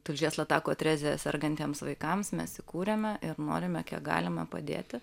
tulžies latakų atrezija sergantiems vaikams mes įkūrėme ir norime kiek galima padėti